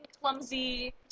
clumsy